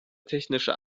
technische